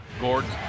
Gordon